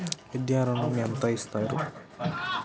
విద్యా ఋణం ఎంత ఇస్తారు?